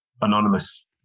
anonymous